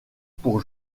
pour